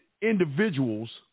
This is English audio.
individuals